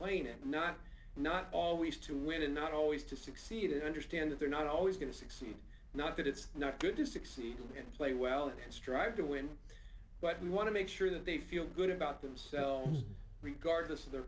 plain and not not always to win and not always to succeed and understand that they're not always going to succeed not that it's not good to succeed and play well and strive to win but we want to make sure that they feel good about themselves regardless of their